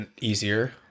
easier